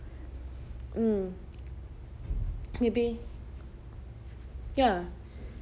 mm maybe ya